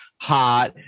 hot